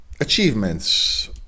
achievements